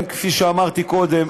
כפי שאמרתי קודם,